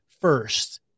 first